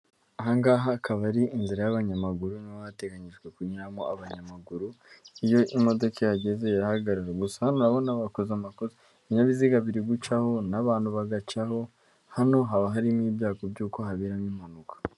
Aha ngaha hakaba ari inzira y'abanyamaguru, niho hateganjwe kunyuramo abanyamaguru, iyo imodoka ihageze irahagarara gusa hano urabona bakoze amakosa. Ibinyabiziga biri gucaho n'abantu bagacaho, hano haba harimo ibyago by'uko haberamo impanuka.